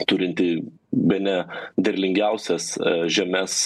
turinti bene derlingiausias žemes